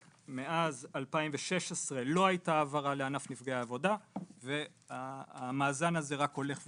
מאז 2016 לא הייתה העברה לענף נפגעי עבודה והמאזן הזה רק הולך וגדל.